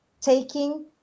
taking